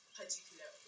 particular